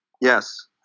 Yes